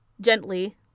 gently